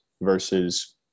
Versus